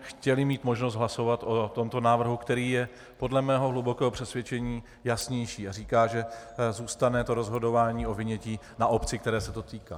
Chtěli jsme mít možnost hlasovat o tomto návrhu, který je podle mého hlubokého přesvědčení jasnější a říká, že zůstane rozhodování o vynětí na obci, které se to týká.